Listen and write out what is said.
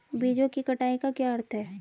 बीजों की कटाई का क्या अर्थ है?